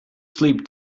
sleep